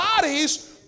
bodies